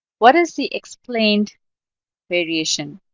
what is the explained variation?